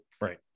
Right